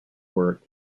work